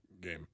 game